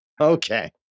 Okay